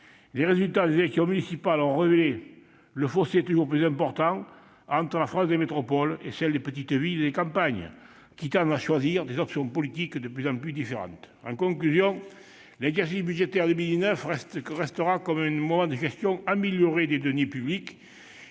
Les résultats des élections municipales ont révélé le fossé toujours plus important entre la France des métropoles et celle des petites villes et des campagnes, qui tendent à choisir des options politiques de plus en plus différentes. En conclusion, l'exercice budgétaire 2019 restera comme un moment de gestion améliorée des deniers publics,